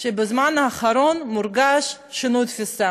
שבזמן האחרון מורגש שינוי תפיסה,